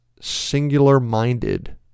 singular-minded